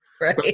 Right